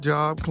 Job